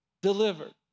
delivered